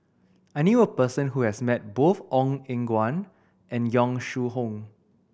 I knew a person who has met both Ong Eng Guan and Yong Shu Hoong